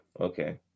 Okay